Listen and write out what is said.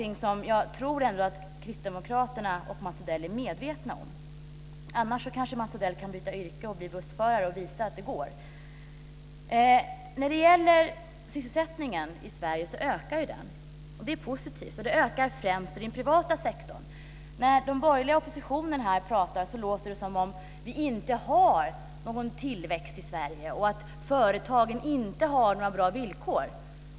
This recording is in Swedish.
Det tror jag ändå att kristdemokraterna och Mats Odell är medvetna om. Annars kanske Mats Odell kan byta yrke och bli bussförare och visa att det går. Sysselsättningen i Sverige ökar, och det är positivt. Den ökar främst inom den privata sektorn. När den borgerliga oppositionen pratar låter det som om vi inte har någon tillväxt i Sverige och som om företagen inte har bra villkor.